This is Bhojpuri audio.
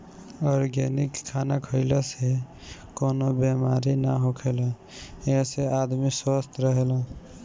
ऑर्गेनिक खाना खइला से कवनो बेमारी ना होखेला एसे आदमी स्वस्थ्य रहेला